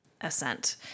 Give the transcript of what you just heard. ascent